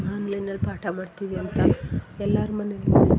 ಆನ್ಲೈನಲ್ಲಿ ಪಾಠ ಮಾಡ್ತೀವಿ ಅಂತ ಎಲ್ಲಾರ ಮನೆಯಲ್ಲೂ